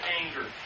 anger